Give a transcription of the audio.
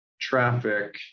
traffic